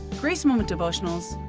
grace moment devotionals,